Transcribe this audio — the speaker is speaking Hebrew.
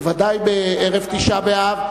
בוודאי בערב תשעה באב,